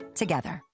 together